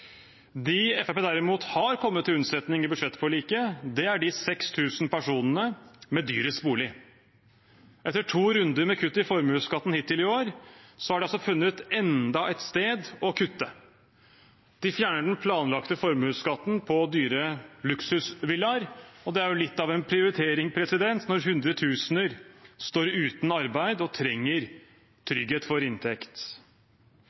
derimot har kommet til unnsetning i budsjettforliket, er de 6 000 personene med dyrest bolig. Etter to runder med kutt i formuesskatten hittil i år har de altså funnet enda et sted å kutte, de fjerner den planlagte formuesskatten på dyre luksusvillaer, og det er litt av en prioritering når hundretusener står uten arbeid og trenger